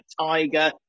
tiger